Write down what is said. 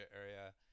area